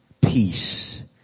Peace